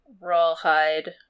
rawhide